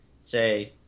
say